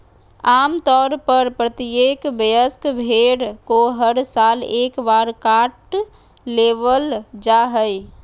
आम तौर पर प्रत्येक वयस्क भेड़ को हर साल एक बार काट लेबल जा हइ